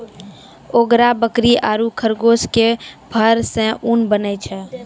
angora बकरी आरो खरगोश के फर सॅ ऊन बनै छै